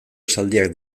esaldiak